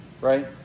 Right